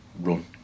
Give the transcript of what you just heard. run